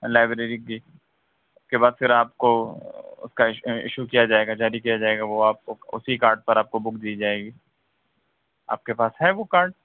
library کی اُس کے بعد پھر آپ کو کیش ایشو کیا جائے گا جاری کیا جائے گا وہ آپ کو اُسی کارڈ پر آپ کو بک دی جائے گی آپ کے پاس ہے وہ کارڈ